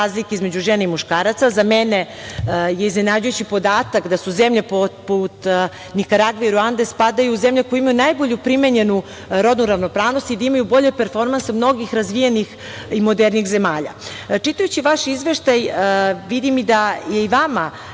između žena i muškaraca. Za mene je iznenađujući podatak da su zemlje poput Nikaragve i Ruande, spadaju u zemlje koje imaju najbolje primenjenu rodnu ravnopravnost i da imaju bolje performanse mnogih razvijenih i modernijih zemalja. Čitajući vaš izveštaj, vidim i da je vama